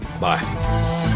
Bye